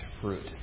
fruit